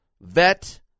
VET